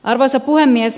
arvoisa puhemies